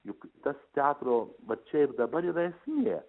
juk tas teatro vat čia ir dabar yra esmė